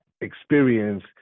experience